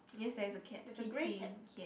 yes there is a cat sleeping